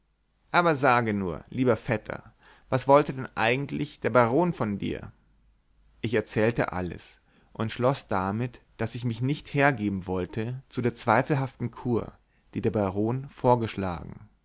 aber sage mir nur lieber vetter was wollte denn eigentlich der baron von dir ich erzählte alles und schloß damit daß ich mich nicht hergeben wollte zu der zweifelhaften kur die der baron vorgeschlagen